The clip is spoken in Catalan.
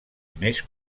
més